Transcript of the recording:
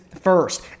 first